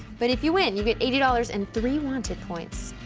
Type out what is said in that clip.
but if you win, you get eighty dollars and three wanted points.